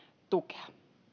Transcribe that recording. tukea